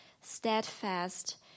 steadfast